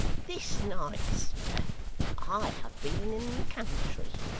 this night i have been in the country,